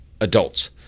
adults